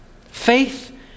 Faith